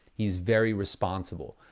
he's very responsible.